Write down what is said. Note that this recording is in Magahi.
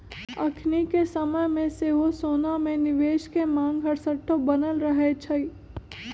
अखनिके समय में सेहो सोना में निवेश के मांग हरसठ्ठो बनल रहै छइ